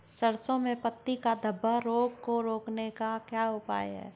सरसों में पत्ती धब्बा रोग को रोकने का क्या उपाय है?